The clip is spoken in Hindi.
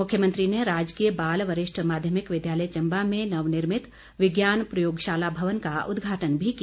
मुख्यमंत्री ने राजकीय बाल वरिष्ठ माध्यमिक विद्यालय चम्बा में नवनिर्मित विज्ञान प्रयोगशाला भवन का उद्घाटन भी किया